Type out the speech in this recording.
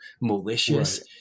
malicious